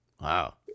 Wow